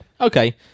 Okay